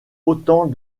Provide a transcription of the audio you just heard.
autant